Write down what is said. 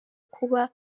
kuba